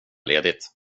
ledigt